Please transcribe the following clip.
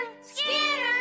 Skinner